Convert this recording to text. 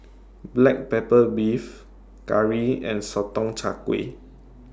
Black Pepper Beef Curry and Sotong Char Kway